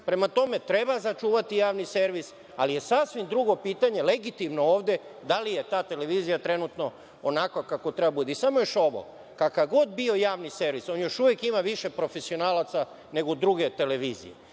tome, treba sačuvati Javni servis, ali je sasvim drugo pitanje, legitimno ovde, da li je ta televizija trenutno onakva kakva treba da bude? Samo još ovo. Kakav god bio Javni servis, on još uvek ima više profesionalaca nego druge televizije.